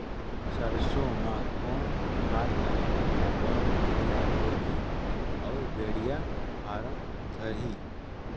सरसो मा कौन खाद लगाबो ता ओहार बेडिया भोगही अउ बेडिया फारम धारही?